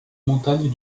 montagnes